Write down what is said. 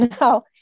Now